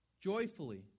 joyfully